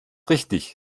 richtig